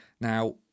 Now